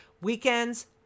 Weekends